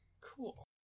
Cool